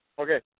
Okay